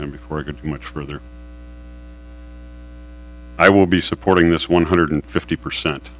and before i get much further i will be supporting this one hundred fifty percent